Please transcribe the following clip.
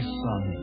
son